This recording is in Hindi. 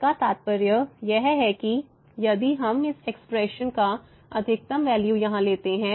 इसका तात्पर्य यह है यदि हम इस एक्सप्रेशन का अधिकतम वैल्यू यहां लेते हैं